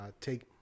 take